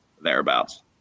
thereabouts